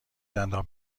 دندان